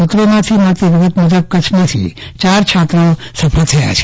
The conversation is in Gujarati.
સુત્રોમાંથી મળતીવિગત મુજબ કચ્છના ચાર છાત્રો સફળ થયા છે